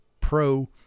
pro